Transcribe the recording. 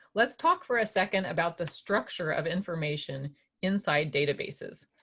let's talk for a second about the structure of information inside databases.